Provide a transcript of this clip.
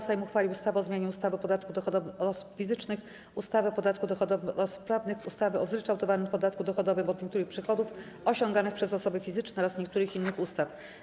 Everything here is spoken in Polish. Sejm uchwalił ustawę o zmianie ustawy o podatku dochodowym od osób fizycznych, ustawy o podatku dochodowym od osób prawnych, ustawy o zryczałtowanym podatku dochodowym od niektórych przychodów osiąganych przez osoby fizyczne oraz niektórych innych ustaw.